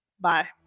Bye